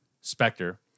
Spectre